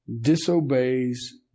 disobeys